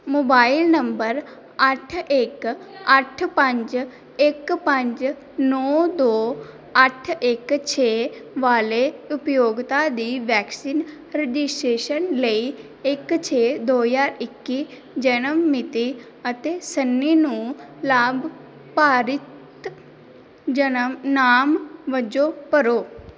mobile number ਅੱਠ ਇੱਕ ਅੱਠ ਪੰਜ ਇੱਕ ਪੰਜ ਨੌਂ ਦੋ ਅੱਠ ਇੱਕ ਛੇ ਵਾਲੇ ਉਪਯੋਗਤਾ ਦੀ ਵੈਕਸੀਨ ਰਜਿਸਟ੍ਰੇਸ਼ਨ ਲਈ ਇੱਕ ਛੇ ਦੋ ਹਜ਼ਾਰ ਇੱਕੀ ਜਨਮ ਮਿਤੀ ਅਤੇ ਸੰਨੀ ਨੂੰ ਲਾਭਪਾਤਰੀ ਜਨਮ ਨਾਮ ਵਜੋਂ ਭਰੋ